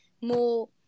more